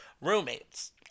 roommates